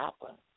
happen